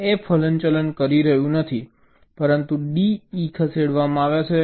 F હલનચલન કરી રહ્યું નથી પરંતુ D E ખસેડવામાં આવ્યા છે